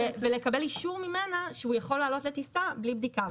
ולקבל אישור ממנה שהוא יכול לעלות לטיסה בלי בדיקה.